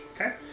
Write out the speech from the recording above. Okay